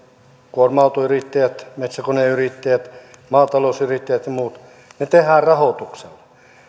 kuorma autoyrittäjät metsäkoneyrittäjät maatalousyrittäjät ja muut ne tehdään rahoituksella